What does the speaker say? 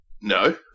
No